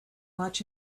watch